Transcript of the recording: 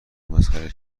مسخره